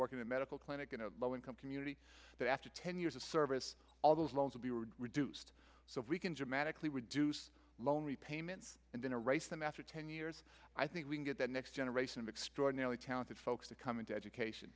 work in a medical clinic in a low income community that after ten years of service all those loans would be were reduced so we can dramatically reduce loan repayments and in a race them after ten years i think we can get that next generation of extraordinarily talented folks to come into education